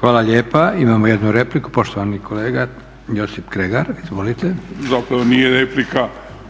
Hvala lijepa. Imamo jednu repliku poštovani kolega Josip Kregar. Izvolite. **Kregar, Josip (Nezavisni)** Zapravo nije replika